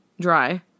dry